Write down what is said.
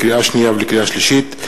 לקריאה שנייה ולקריאה שלישית,